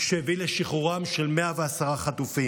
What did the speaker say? שהביא לשחרורם של 110 חטופים.